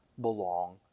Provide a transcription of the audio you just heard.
belong